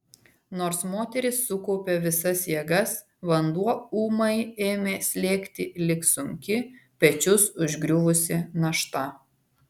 nors moteris sukaupė visas jėgas vanduo ūmai ėmė slėgti lyg sunki pečius užgriuvusi našta